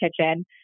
kitchen